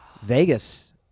Vegas